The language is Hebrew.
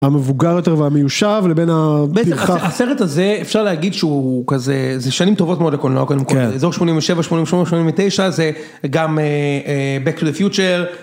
המבוגר יותר והמיושב לבין הפרחח. הסרט הזה אפשר להגיד שהוא כזה, זה שנים טובות מאוד לקולנוע, אזור 87, 88, 89 זה גם Back to the Future.